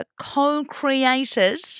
co-created